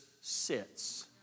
sits